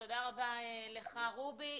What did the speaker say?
תודה רבה לך רובי.